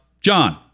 John